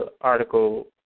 article